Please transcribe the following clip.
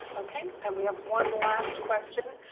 okay, and we have one last question.